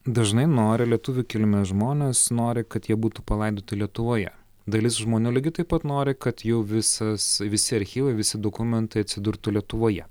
dažnai nori lietuvių kilmės žmonės nori kad jie būtų palaidoti lietuvoje dalis žmonių lygiai taip pat nori kad jau visas visi archyvai visi dokumentai atsidurtų lietuvoje